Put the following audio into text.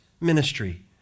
ministry